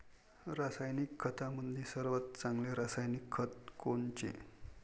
रासायनिक खतामंदी सर्वात चांगले रासायनिक खत कोनचे?